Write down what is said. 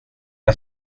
att